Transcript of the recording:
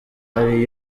ari